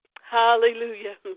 Hallelujah